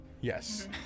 yes